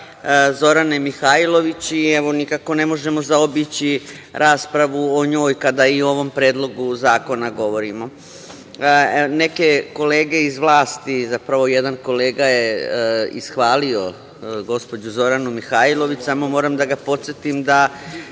Zorane Mihajlović i evo, nikako ne možemo zaobići raspravu o njoj kada i o ovom Predlogu zakona govorimo. Neke kolege iz vlasti, zapravo jedan kolega je ishvalio gospođu Zoranu Mihajlović, samo moram da ga podsetim da